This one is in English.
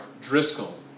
Driscoll